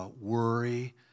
worry